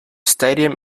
stadium